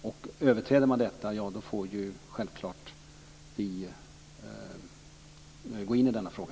Om överträdelser sker får vi självfallet gå in i denna fråga.